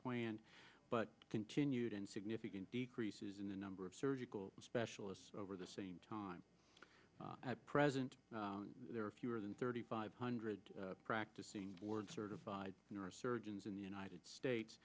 planned but continued and significant decreases in the number of surgical specialists over the same time at present there are fewer than thirty five hundred practicing board certified neurosurgeons in the united states